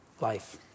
life